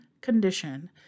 condition